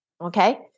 okay